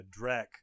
Drek